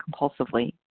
compulsively